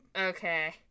Okay